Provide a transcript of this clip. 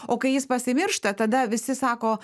o kai jis pasimiršta tada visi sako